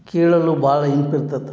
ಕೇಳಲು ಭಾಳು ಇಂಪಿರ್ತತಿ